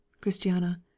Christiana